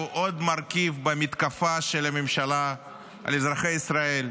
הוא עוד מרכיב במתקפה של הממשלה על אזרחי ישראל,